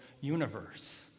universe